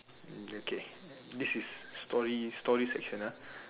okay this is story story session ah